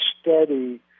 study